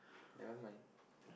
ya I mean